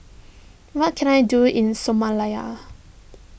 what can I do in Somalia